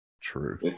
True